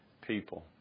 people